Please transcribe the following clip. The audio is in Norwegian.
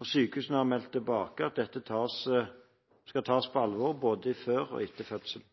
og sykehusene har meldt tilbake at dette skal tas på alvor både før og etter fødselen.